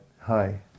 Hi